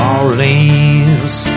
Orleans